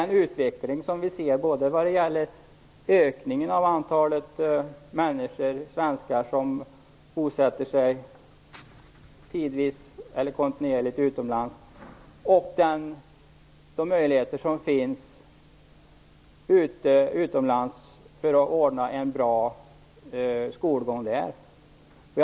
I dag ser vi en ökning av antalet svenskar som tidvis eller kontinuerligt bosätter sig utomlands. Vi måste se vilka möjligheter det finns att ordna en bra skolgång utomlands.